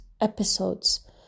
episodes